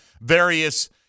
various